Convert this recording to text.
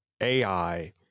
AI